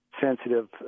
sensitive